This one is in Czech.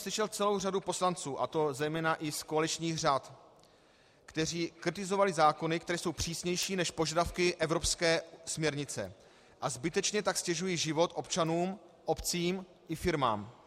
Slyšel jsem celou řadu poslanců, a to zejména i z koaličních řad, kteří kritizovali zákony, které jsou přísnější než požadavky evropské směrnice a zbytečně tak ztěžují život občanům, obcím i firmám.